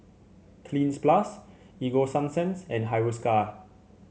Cleanz Plus Ego Sunsense and Hiruscar